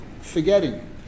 forgetting